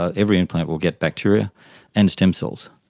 ah every implant will get bacteria and stem cells.